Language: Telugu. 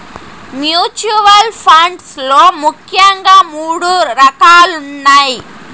మ్యూచువల్ ఫండ్స్ లో ముఖ్యంగా మూడు రకాలున్నయ్